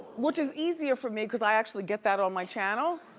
which is easier for me cause i actually get that on my channel.